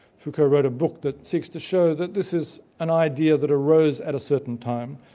foucault wrote a book that seeks to show that this is an idea that arose at a certain time,